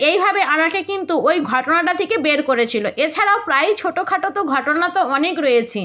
এইভাবে আমাকে কিন্তু ওই ঘটনাটা থেকে বের করেছিলো এছাড়াও প্রায়েই ছোটো খাটো তো ঘটনা তো অনেক রয়েছে